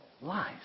lies